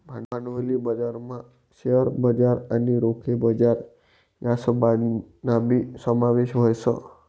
भांडवली बजारमा शेअर बजार आणि रोखे बजार यासनाबी समावेश व्हस